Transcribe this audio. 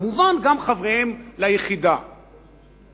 וגם חבריהם ליחידה כמובן.